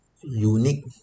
unique